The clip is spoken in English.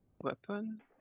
weapon